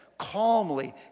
calmly